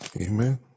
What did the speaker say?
Amen